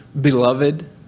beloved